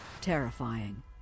terrifying